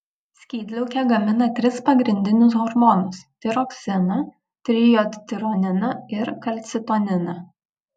skydliaukė gamina tris pagrindinius hormonus tiroksiną trijodtironiną ir kalcitoniną